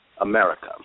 America